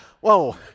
Whoa